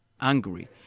angry